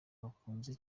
bakunzwe